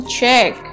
check